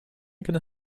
going